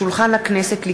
על שולחן הכנסת,